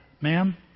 ma'am